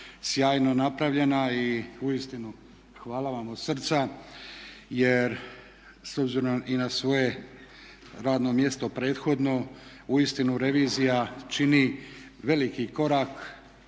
sjajno napravljena i uistinu hvala vam od srca jer s obzirom i na svoje radno mjesto prethodno uistinu revizija čini veliki korak